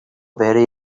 very